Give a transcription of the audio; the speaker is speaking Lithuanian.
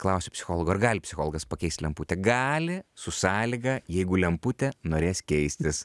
klausia psichologo ar gali psichologas pakeist lemputę gali su sąlyga jeigu lemputė norės keistis